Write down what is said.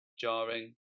jarring